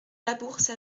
labourse